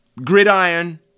gridiron